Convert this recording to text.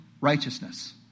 righteousness